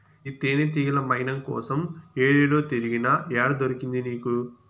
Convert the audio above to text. ఈ తేనెతీగల మైనం కోసం ఏడేడో తిరిగినా, ఏడ దొరికింది నీకు